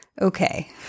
okay